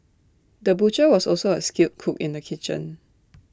the butcher was also A skilled cook in the kitchen